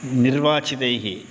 निर्वाचितैः